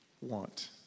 want